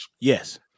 Yes